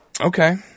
Okay